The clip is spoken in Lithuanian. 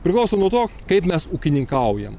priklauso nuo to kaip mes ūkininkaujam